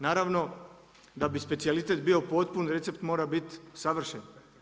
Naravno, da bi specijalitet bio potpuno, recept mora biti savršen.